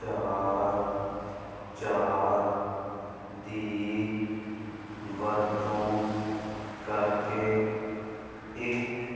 ਚਾਰ ਚਾਰ ਦੀ ਵਰਤੋਂ ਕਰਕੇ ਇੱਕ